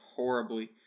Horribly